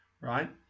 right